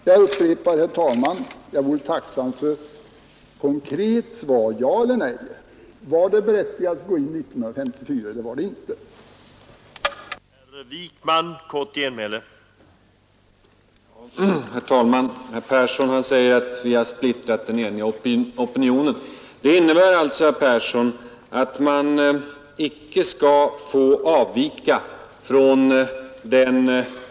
Jag upprepar, herr talman, att jag vore tacksam för ett konkret svar — ja eller nej. Var det berättigat att gå in i Vietnam 1954, eller var det inte berättigat?